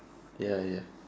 ya ya